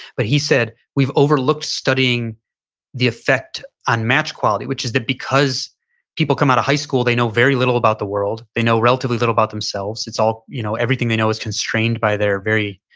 but he said, we've overlooked studying the effect unmatched quality, which is that because people come out of high school, they know very little about the world. they know relatively little about themselves. it's all, you know everything they know is constrained by their very,